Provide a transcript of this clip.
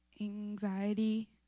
anxiety